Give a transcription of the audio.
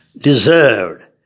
deserved